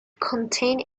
contained